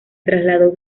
trasladó